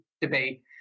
debate